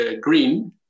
green